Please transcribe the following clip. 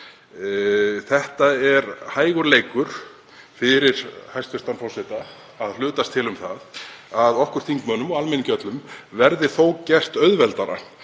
Það er hægur leikur fyrir hæstv. forseta að hlutast til um það að okkur þingmönnum og almenningi öllum verði þó gert auðveldara